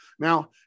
Now